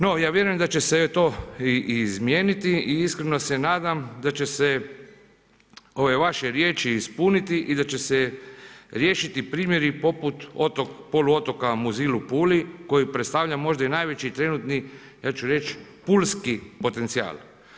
No, ja vjerujem, da će se to izmjeriti i iskreno se nadam da će se ove vaše riječi ispuniti i da će se riješiti primjeri poput poluotoka Muzil u Puli, koji predstavlja možda i najveći trenutni, ja ću reći pulski potencijal.